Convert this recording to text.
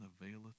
availeth